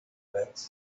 bags